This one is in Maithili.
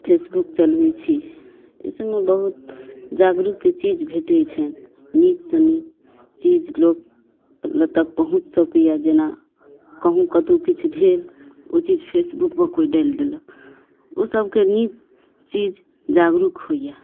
फेसबुक चलबै छी एहि सबमे बहुत जागरूकके चीज भेटै छै नीकसँ नीक चीज लोक लग पहुँच सकैया जेना कहुँ कतौ किछु भेल ओ चीज फेसबुक पर कोइ डाइल देलक ओ सभके नीक चीज जागरूक होइयऽ